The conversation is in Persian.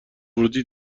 ورودی